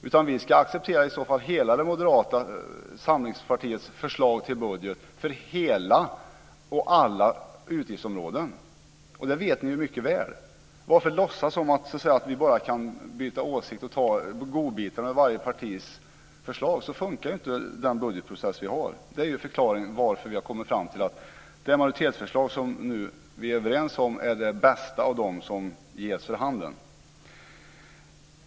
I så fall ska vi acceptera hela Moderata samlingspartiets förslag till budget för alla utgiftsområden. Det vet ni mycket väl. Varför låtsas som att vi bara kan byta åsikt och ta godbitarna ur varje partis förslag? Så funkar inte den budgetprocess vi har. Det är förklaringen till att vi har kommit fram till att det majoritetsförslag som vi nu är överens om är det bästa som finns för handen.